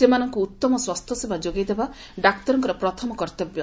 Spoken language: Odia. ସେମାନଙ୍ଙୁ ଉତ୍ତମ ସ୍ୱାସ୍ସ୍ୟସେବା ଯୋଗାଇଦେବା ଡାକ୍ତରଙ୍କର ପ୍ରଥମ କର୍ଉବ୍ୟ